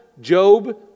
Job